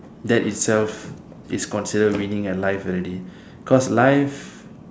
that itself is considered winning at life already